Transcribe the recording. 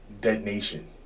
detonation